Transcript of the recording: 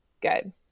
good